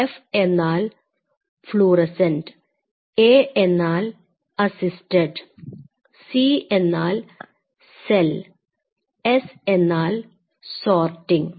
F എന്നാൽ fluorescent A എന്നാൽ assisted C എന്നാൽ സെൽ S എന്നാൽ സോർട്ടിങ്